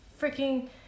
freaking